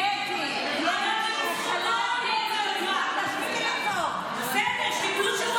קטי, זו החלת דין רציפות, תפסיקי לצעוק.